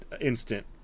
instant